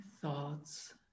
thoughts